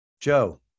Joe